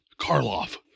Karloff